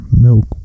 milk